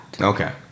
okay